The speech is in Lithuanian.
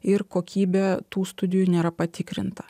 ir kokybė tų studijų nėra patikrinta